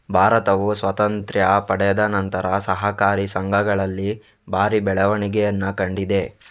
ಭಾರತವು ಸ್ವಾತಂತ್ರ್ಯ ಪಡೆದ ನಂತರ ಸಹಕಾರಿ ಸಂಘಗಳಲ್ಲಿ ಭಾರಿ ಬೆಳವಣಿಗೆಯನ್ನ ಕಂಡಿದೆ